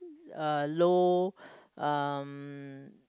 uh low um